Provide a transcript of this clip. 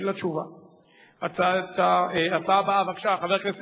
החלטה של ועדת